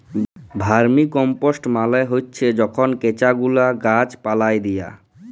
vermicompost মালে হছে যখল কেঁচা গুলা গাহাচ পালায় দিয়া